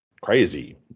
crazy